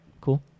Cool